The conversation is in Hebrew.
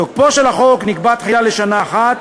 תוקפו של החוק נקבע תחילה לשנה אחת,